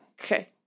Okay